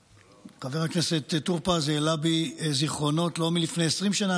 חבר הכנסת טור פז העלה בי זיכרונות לא מלפני 20 שנה,